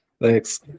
Thanks